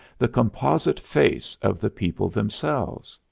the composite face of the people themselves?